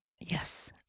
Yes